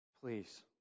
please